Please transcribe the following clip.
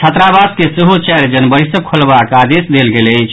छात्रावास के सेहो चारि जनवरी सँ खोलबाक आदेश देल गेल अछि